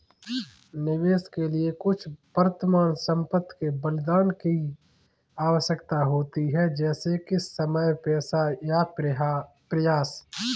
निवेश के लिए कुछ वर्तमान संपत्ति के बलिदान की आवश्यकता होती है जैसे कि समय पैसा या प्रयास